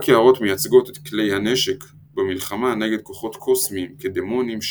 הקערות מייצגות את כלי הנשק במלחמה נגד כוחות קוסמיים כדמונים,